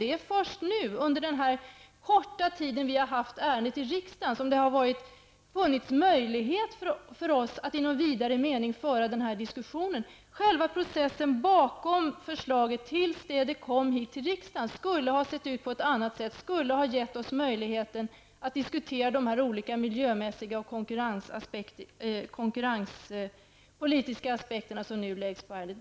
Det är först nu, under den här korta tiden som vi har haft ärendet i riksdagen, som det har funnits möjlighet för oss att i någon vidare mening föra den här diskussionen. Själva processen bakom förslaget, tills det kom hit till riksdagen, skulle ha sett ut på ett annat sätt, skulle ha gett oss möjlighet att diskutera de här olika miljömässiga och konkurrenspolitiska aspekterna som nu anläggs på ärendet.